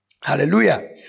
Hallelujah